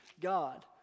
God